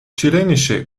chilenische